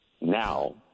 now